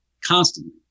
constantly